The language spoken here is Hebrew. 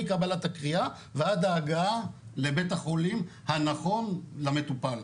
מקבלת הקריאה ועד ההגעה לבית החולים הנכון למטופל.